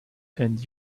and